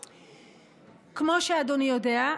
כמו שאדוני יודע,